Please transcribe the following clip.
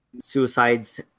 suicides